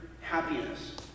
happiness